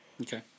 Okay